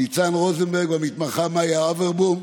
ניצן רוזנברג והמתמחה מיה אוברבאום.